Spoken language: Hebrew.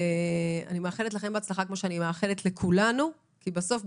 אני מאחלת לכם בהצלחה כמו שאני מאחלת לכולנו כי בסוף,